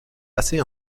assez